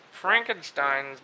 Frankenstein's